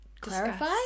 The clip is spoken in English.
clarify